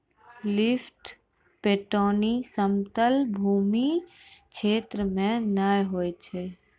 lift पटौनी समतल भूमी क्षेत्र मे नै होय छै